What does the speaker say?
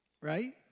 right